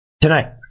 tonight